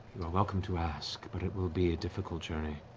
welcome to ask, but it will be a difficult journey.